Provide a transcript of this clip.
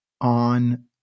on